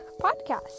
podcast